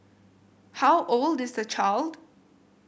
how old is the child